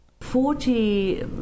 Forty